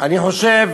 אני חושב